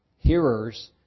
Hearers